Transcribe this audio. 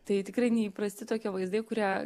tai tikrai neįprasti tokie vaizdai kurie